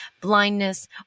blindness